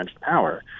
power